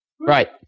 Right